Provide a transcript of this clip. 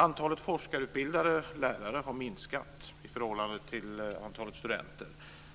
Antalet forskarutbildade lärare har minskat i förhållande till antalet studenter,